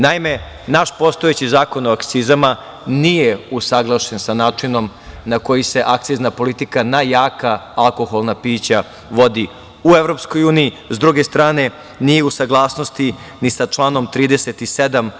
Naš postojeći Zakon o akcizama nije usaglašen sa načinom na koji se akcizna politika na jaka alkoholna pića vodi u EU, s druge strane nije u saglasnosti ni sa članom 37.